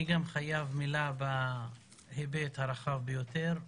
אני חייב מילה בהיבט הרחב ביותר.